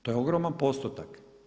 To je ogroman postotak.